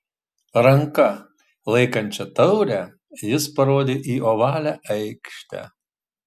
ranka laikančia taurę jis parodė į ovalią aikštę